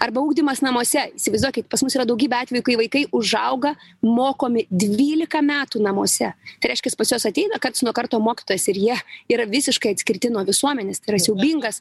arba ugdymas namuose įsivaizduokit pas mus yra daugybė atvejų kai vaikai užauga mokomi dvylika metų namuose tai reiškias pas juos ateina karts nuo karto mokytojas ir jie yra visiškai atskirti nuo visuomenės siaubingas